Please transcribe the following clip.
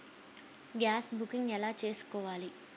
Gas booking ఎలా చేసుకోవాలి?